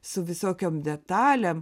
su visokiom detalėm